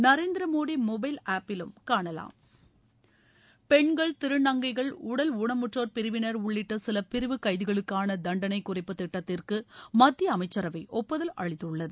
Narendra Modi mobile அப் லும் காணலாம் பெண்கள் திருநங்கைகள் உடல் ஊனமுற்றோர் பிரிவினர் உள்ளிட்ட சில பிரிவு கைதிகளுக்கான தண்டனை குறைப்பு திட்டத்திற்கு மத்திய அமைச்சரவை ஒப்புதல் அளித்துள்ளது